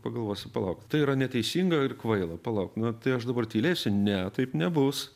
pagalvosi palauk tai yra neteisinga ir kvaila palauk na tai aš dabar tylėsiu ne taip nebus